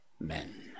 men